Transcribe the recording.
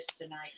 tonight